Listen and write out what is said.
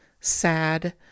sad